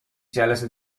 جلسه